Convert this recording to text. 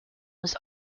was